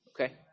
Okay